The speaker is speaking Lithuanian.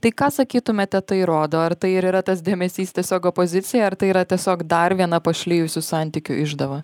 tai ką sakytumėte tai rodo ar tai ir yra tas dėmesys tiesiog opozicijai ar tai yra tiesiog dar viena pašlijusių santykių išdava